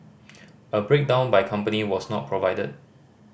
a breakdown by company was not provided